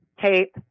tape